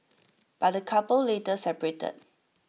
but the couple later separated